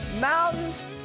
mountains